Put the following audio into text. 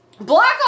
Black